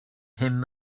him